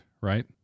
right